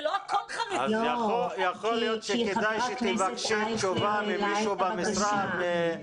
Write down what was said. לא הכל חרדי! יכול להיות שכדאי שתבקשי תשובה ממישהו במשרד.